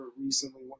recently